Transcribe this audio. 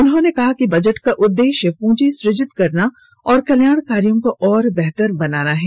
उन्होंने कहा कि बजट का उद्देश्य पूंजी सुजित करना और कल्याण कार्यों को और बेहतर बनाना है